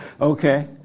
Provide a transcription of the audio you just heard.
Okay